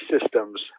systems